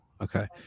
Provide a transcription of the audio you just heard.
Okay